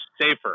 safer